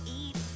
eat